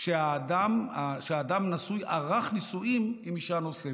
שאדם נשוי ערך נישואים עם אישה נוספת.